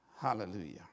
Hallelujah